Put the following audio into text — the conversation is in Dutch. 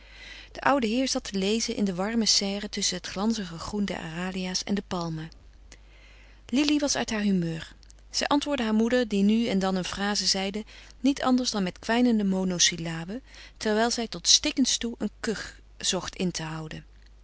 de oude heer zat te lezen in de warme serre tusschen het glanzige groen der aralia's en de palmen lili was uit haar humeur zij antwoordde haar moeder die nu en dan een fraze zeide niet anders dan met kwijnende monosyllaben terwijl zij tot stikkens toe een kuch zocht in te houden